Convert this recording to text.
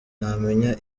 ntamenya